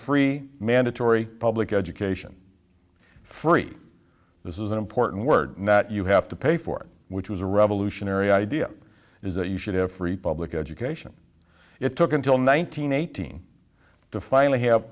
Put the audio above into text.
free mandatory public education free this is an important word that you have to pay for it which was a revolutionary idea is that you should have free public education it took until nine hundred eighteen to finally have